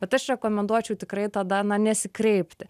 bet aš rekomenduočiau tikrai tada nesikreipti